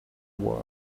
work